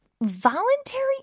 voluntary